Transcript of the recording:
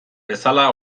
bezala